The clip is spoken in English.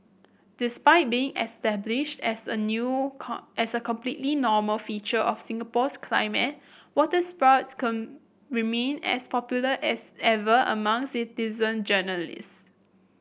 despite being established as a new as a completely normal feature of Singapore's climate waterspouts remain as popular as ever among citizen journalist